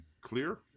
Clear